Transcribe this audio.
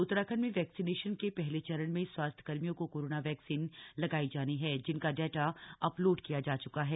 उत्तराखंड में वैक्सीनेशन के पहले चरण में स्वास्थ्यकर्मियों को कोरोना वैक्सीन लगाई जानी है जिनका डेटा अपलोड किया जा चुका है